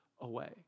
away